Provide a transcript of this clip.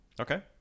Okay